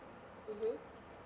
mmhmm